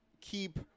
keep